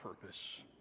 purpose